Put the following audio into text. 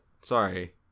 Sorry